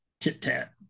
tit-tat